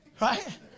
right